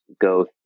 go